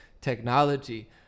technology